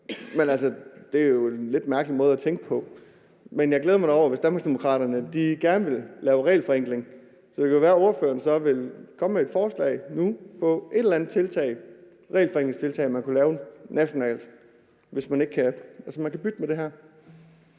men det er jo altså en lidt mærkelig måde at tænke på. Men jeg glæder mig da over det, hvis Danmarksdemokraterne gerne vil lave regelforenkling. Så kan det jo være, at spørgeren så nu vil komme med et forslag til et eller andet regelforenklingstiltag, man kunne lave nationalt, og som man kunne bytte med det her.